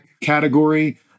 category